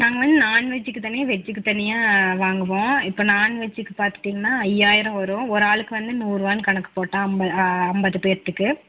நாங்கள் வந்து நான் வெஜ்ஜுக்கு தனியாக வெஜ்ஜுக்கு தனியாக வாங்குவோம் இப்போ நான் வெஜ்ஜுக்கு பார்த்துட்டிங்கன்னா ஐயாயிரம் வரும் ஒரு ஆளுக்கு வந்து நூறுவானு கணக்கு போட்டால் ஐம்பது ஐம்பது பேர்த்துக்கு